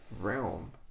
realm